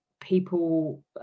people